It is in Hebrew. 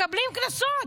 מקבלים קנסות,